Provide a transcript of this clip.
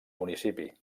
municipi